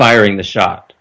firing the shot